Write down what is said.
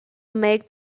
make